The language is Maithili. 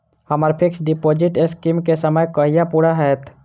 हम्मर फिक्स डिपोजिट स्कीम केँ समय कहिया पूरा हैत?